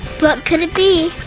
but could it be?